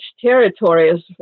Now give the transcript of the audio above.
territories